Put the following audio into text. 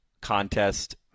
contest